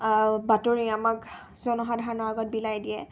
বাতৰি আমাক জনসাধাৰণৰ আগত বিলাই দিয়ে